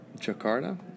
Jakarta